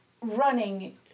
running